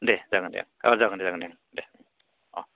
दे जागोन दे औ जागोन दे जागोन दे अ